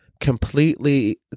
completely